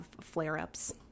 flare-ups